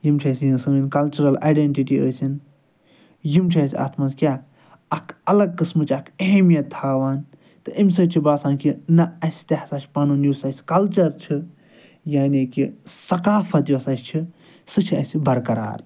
یِم چھِ اسہِ سٲنۍ کَلچرَل آیڈیٚنٹِٹی ٲسِن یِم چھِ اسہِ اتھ مَنٛز کیٛاہ اَکھ الگ قسمٕچۍ اَکھ اہمیت تھاوان تہٕ اَمہِ سۭتۍ چھُ باسان کہِ نَہ اسہِ تہِ ہَسا چھُ پَنُن یُس اسہِ کَلچَر چھُ یعنی کہِ ثَقافت یۄس اسہِ چھِ سۄ چھِ اسہِ برقرار